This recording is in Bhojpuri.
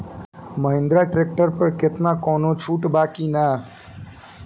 महिंद्रा ट्रैक्टर पर केतना कौनो छूट बा कि ना?